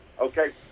Okay